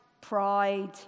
Pride